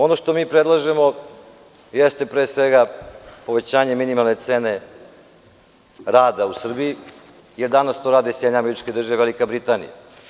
Ono što mi predlažemo jeste pre sveta povećanje minimalne cene rada u Srbiji, jer danas to rade i SAD, Velika Britanija.